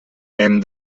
hem